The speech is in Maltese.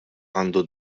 għandu